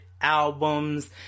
albums